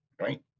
right